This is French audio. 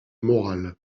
morale